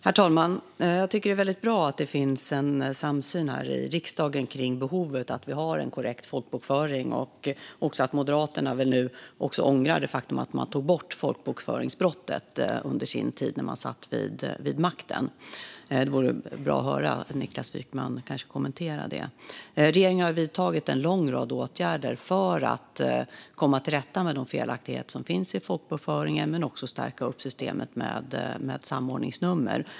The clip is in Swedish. Herr talman! Jag tycker att det är väldigt bra att det finns en samsyn här i riksdagen om behovet av att vi har en korrekt folkbokföring och att Moderaterna också ångrar det faktum att man tog bort rubriceringen folkbokföringsbrott under sin tid vid makten. Det vore bra att få höra Niklas Wykman kommentera det. Regeringen har vidtagit en lång rad åtgärder för att komma till rätta med de felaktigheter som finns i folkbokföringen men också för att stärka systemet med samordningsnummer.